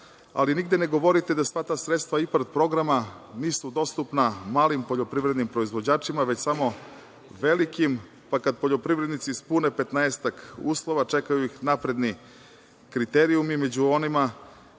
ali nigde ne govorite da sva ta sredstva IPARD programa nisu dostupna malim poljoprivrednim proizvođačima, već samo velikim, pa kad poljoprivrednici ispune 15-ak uslova čekaju ih napredni kriterijumi, među njima